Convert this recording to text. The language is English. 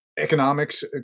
economics